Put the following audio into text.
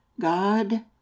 God